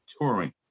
touring